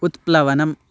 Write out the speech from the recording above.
उत्प्लवनम्